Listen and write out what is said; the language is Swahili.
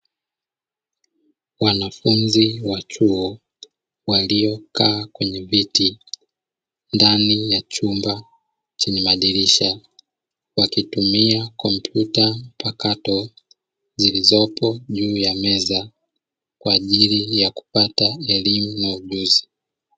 Wanafunzi wa chuo waliokaa kwenye viti ndani ya chumba chenye madirisha wakitumia tarakirishi mpakato zilizopo juu ya meza kwa ajili ya kupata elimu na ujuzi.